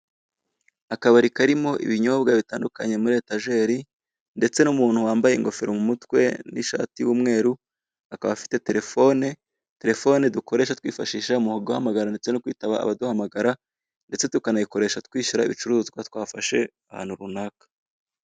Akabari karimo ibinyobwa bitandukanye muri etajeri, ndetse n'umuntu wambaye ingofero mu mutwe n'ishati y'umweru, akaba afite telefone, telefone dukoresha twifashisha mu guhamagara ndetse no kwitaba abaduhamagara, ndetse tukanayikoresha twishyura ibicuruzwa twafashe ahantu runaka.